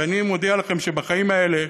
ואני מודיע לכם שבחיים האלה,